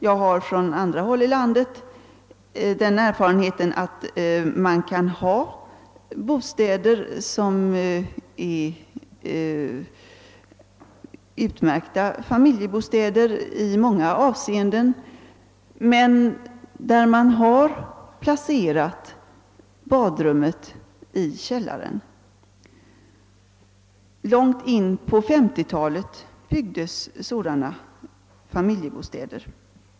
Jag har från andra håll i landet den erfarenheten att det finns bostäder, som är utmärkta familjebostäder i många avseenden men har badrummet placerat i källaren. Långt in på 1950-talet byggdes sådana familjebostäder.